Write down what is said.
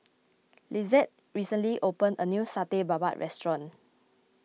Lissette recently opened a new Satay Babat restaurant